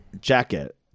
jacket